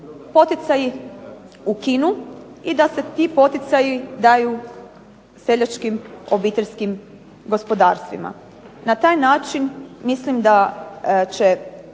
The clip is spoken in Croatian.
poticaji ukinu i da se ti poticaji daju seljačkim obiteljskim gospodarstvima. Na taj način mislim da će